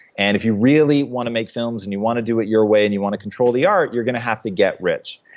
and if you really want to make films and you want to do it your way, and you want to control the art, you're gonna have to get rich.